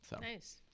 Nice